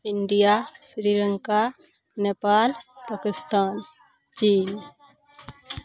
India Sri Lanka Nepal Pakistan चीन